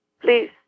Please